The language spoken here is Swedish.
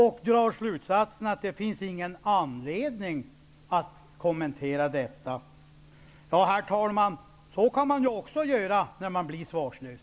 Han drar slutsatsen att det inte finns någon anledning att kommentera detta. Ja, herr talman, så kan man också agera när man blir svarslös.